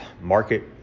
market